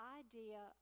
idea